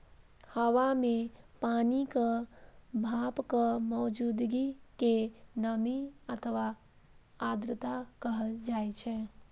हवा मे पानिक भापक मौजूदगी कें नमी अथवा आर्द्रता कहल जाइ छै